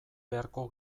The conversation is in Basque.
beharko